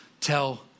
tell